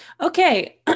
Okay